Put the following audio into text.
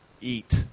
eat